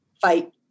fight